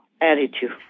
attitude